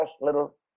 little